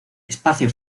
espacio